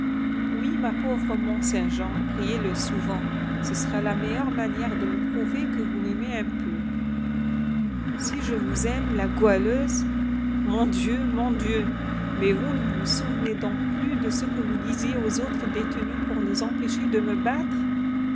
oui ma pauvre mont-saint-jean priez-le souvent ce sera la meilleure manière de me prouver que vous m'aimez un peu si je vous aime la goualeuse mon dieu mon dieu mais vous ne vous souvenez donc plus de ce que vous disiez aux autres détenues pour les empêcher de me battre